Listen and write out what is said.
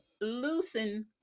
loosen